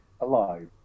alive